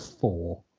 four